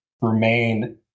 remain